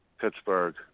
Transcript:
Pittsburgh